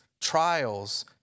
trials